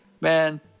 man